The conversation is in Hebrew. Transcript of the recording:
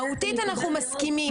מהותית אנחנו מסכימים.